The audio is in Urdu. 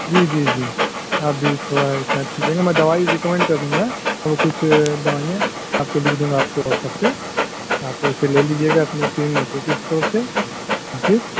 جی جی جی آپ بھی تھوڑا احتیاط کیجیے گا میں دوائی رکمینڈ کر دوں گا تو کچھ دوائیاں آپ کو لکھ دوں گا آپ کے واٹس ایپ پہ آپ اسے لے لیجیے گا اپنے کسی نزدیکی اسٹور سے اور پھر